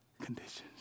conditions